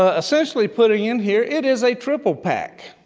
ah essentially putting in here, it is a triple pack.